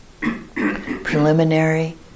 preliminary